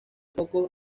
pocos